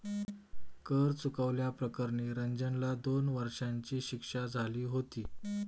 कर चुकवल्या प्रकरणी रंजनला दोन वर्षांची शिक्षा झाली होती